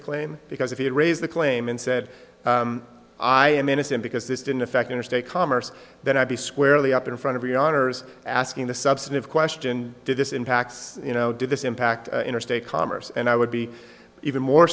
the claim because if he had raised the claim and said i am innocent because this didn't affect interstate commerce then i'd be squarely up in front of your honor's asking the substantive question did this impacts you know did this impact interstate commerce and i would be even more